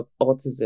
autism